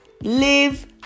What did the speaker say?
Live